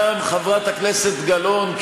חברת הכנסת גלאון,